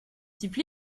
type